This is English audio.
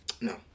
No